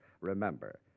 remember